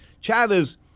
Chavez